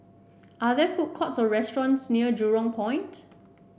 are there food courts or restaurants near Jurong Point